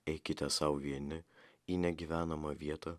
eikite sau vieni į negyvenamą vietą